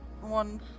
one